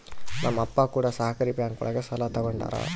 ನಮ್ ಅಪ್ಪ ಕೂಡ ಸಹಕಾರಿ ಬ್ಯಾಂಕ್ ಒಳಗ ಸಾಲ ತಗೊಂಡಾರ